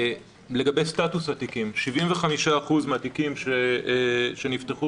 לגבי סטטוס התיקים 75% מהתיקים שנפתחו